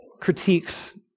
critiques